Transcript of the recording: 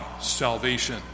salvation